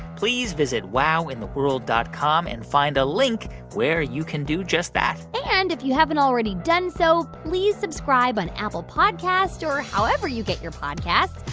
please visit wowintheworld dot com and find a link where you can do just that and if you haven't already done so, please subscribe on apple podcasts or however you get your podcasts.